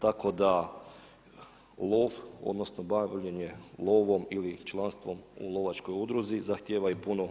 Tako da lov, odnosno bavljenje lovom ili članstvom u lovačkoj udruzi zahtjeva i puno